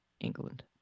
England